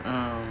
oh